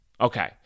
Okay